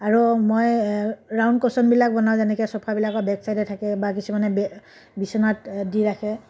আৰু মই ৰাউণ্ড কুশ্বনবিলাক বনাওঁ যেনেকৈ চোফাবিলাকৰ বেক চাইডে থাকে বা কিছুমানে বে বিচনাত দি ৰাখে